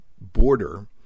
border